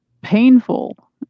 painful